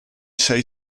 sei